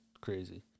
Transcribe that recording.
crazy